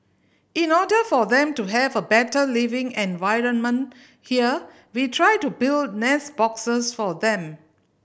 in order for them to have a better living environment here we try to build nest boxes for them